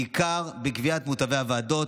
בעיקר בקביעת מוטבי הוועדות,